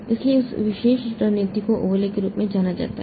इसलिए उस विशेष रणनीति को ओवरले के रूप में जाना जाता है